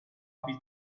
bis